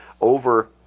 over